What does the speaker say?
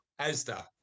Asda